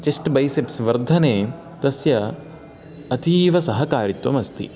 chest biceps वर्धने तस्य अतीव सहकारित्वमस्ति